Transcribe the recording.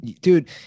Dude